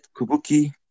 Kubuki